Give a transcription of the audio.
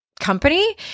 company